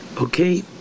Okay